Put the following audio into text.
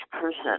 person